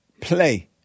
play